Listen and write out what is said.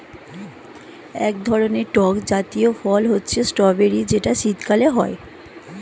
এক ধরনের টক জাতীয় ফল হচ্ছে স্ট্রবেরি যেটা শীতকালে হয়